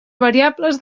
variables